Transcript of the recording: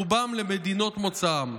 רובם למדינות מוצאם.